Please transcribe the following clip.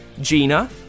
Gina